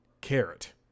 carrot